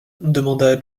demanda